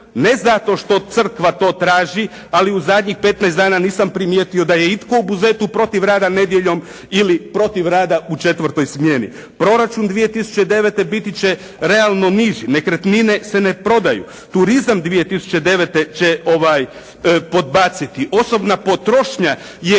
ne zato što crkva to traži, ali u zadnjih 15 dana nisam primijetio da je itko u Buzetu protiv rada nedjeljom ili protiv rada u 4. smjeni. Proračun 2009. biti će realno niži, nekretnine se ne prodaju, turizam 2009. će podbaciti, osobna potrošnja je